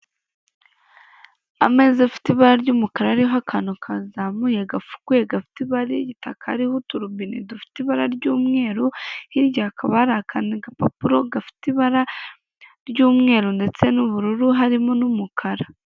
Ameza afite ibara ry'umukara ariho akantu kazamuye, gafukuye, gafite ibara ritakariho uturobine dufite ibara ry'umweru, hirya hakaba hari akandi gapapuro gafite ibara ry'umweru ndetse n'ubururu harimo n'umukara.